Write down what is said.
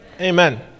Amen